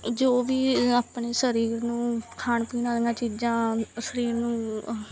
ਜੋ ਵੀ ਆਪਣੇ ਸਰੀਰ ਨੂੰ ਖਾਣ ਪੀਣ ਵਾਲੀਆਂ ਚੀਜ਼ਾਂ ਸਰੀਰ ਨੂੰ